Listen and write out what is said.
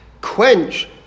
quench